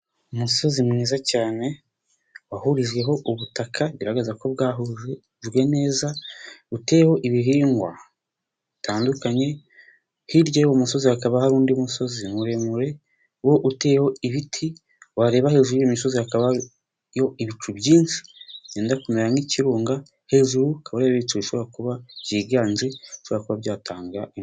Umusozi mwiza cyane wahurijweho ubutaka bigaragaza ko bwahujwe neza buteyeho ibihingwa bitandukanye, hirya y'uwo musozi hakaba hari undi musozi muremure wo uteyeho ibiti, wareba hejuru y'iyo misozi hakaba ibicu byinshi byenda kumera nk'ikirunga hejuru hakaba hariho ibicu bishobora kuba byiganje bishobora kuba byatanga.